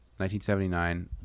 1979